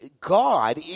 God